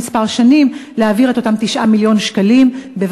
שנים להעביר את אותם 9 מיליון שקלים,